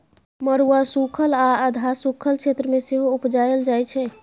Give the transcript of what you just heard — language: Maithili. मरुआ सुखल आ अधहा सुखल क्षेत्र मे सेहो उपजाएल जाइ छै